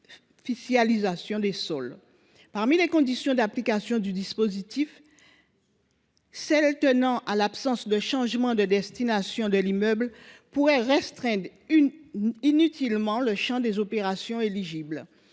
l’artificialisation des sols. Parmi les conditions d’application du dispositif, celle qui est relative à l’absence de changement de destination de l’immeuble pourrait restreindre inutilement le champ des opérations éligibles.